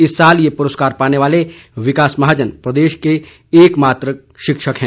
इस साल ये पुरस्कार पाने वाले विकास महाजन प्रदेश के एक मात्र शिक्षक है